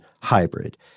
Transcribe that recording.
hybrid